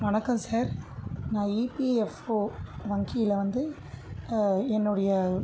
வணக்கம் சார் நான் இபிஎஃப்ஓ வங்கியில் வந்து என்னோடைய